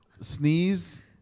sneeze